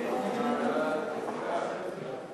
ההסתייגות הראשונה של קבוצת